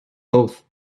both